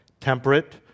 temperate